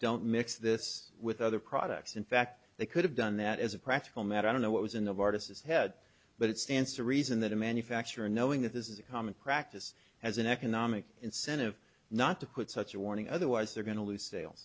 don't mix this with other products in fact they could have done that as a practical matter i don't know what was in of artists head but it stands to reason that a manufacturer knowing that this is a common practice has an economic incentive not to put such a warning otherwise they're going to lose sale